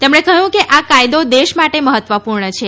તેમણે કહ્યું છે કે આ કાયદો દેશ માટે મહત્વપૂર્ણ છે